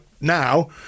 now